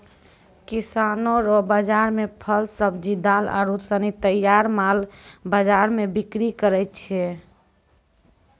किसानो रो बाजार मे फल, सब्जी, दाल आरू सनी तैयार माल बाजार मे बिक्री करै छै